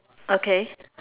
okay